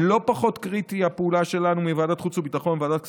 לא פחות קריטית הפעולה שלנו מזו של ועדת חוץ וביטחון וועדת כספים.